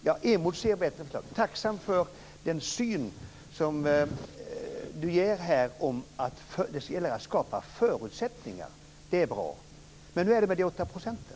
Jag emotser bättre förslag och jag är tacksam för den syn som ministern ger här på att det gäller att skapa förutsättningar. Det är bra. Men hur är det med de åtta procenten?